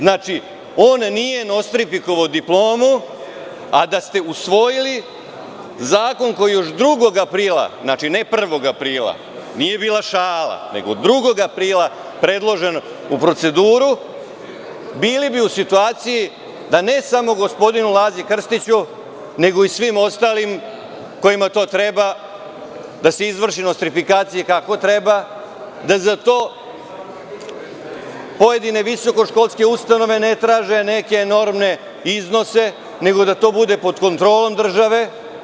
Znači, on nije nostrifikovao diplomu, a da ste usvojili zakon koji je još 2. aprila, znači ne 1. aprila, nije bila šala, nego 2. aprila predložen u proceduru bili bi u situaciji da ne samo gospodinu Lazaru Krstiću, nego i svim ostalim kojima to treba, da se izvrši nostrifikacija kako treba, da za to pojedine visokoškolske ustanove ne traže neke enormne iznose, nego da to bude pred kontrolom države.